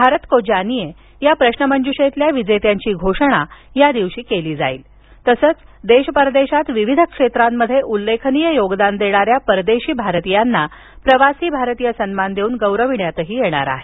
भारत को जानिये या प्रश्नमंजुषेतल्या विजेत्यांची घोषणा या दिवशी केली जाईल तसंच देश परदेशात विविध क्षेत्रात उल्लेखनीय योगदान देणाऱ्या परदेशी भारतीयांना प्रवासी भारतीय सन्मान देऊन गौरवण्यातही येणार आहे